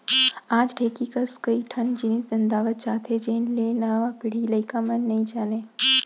आज ढेंकी कस कई ठन जिनिस नंदावत जात हे जेन ल नवा पीढ़ी के लइका मन नइ जानयँ